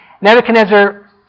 Nebuchadnezzar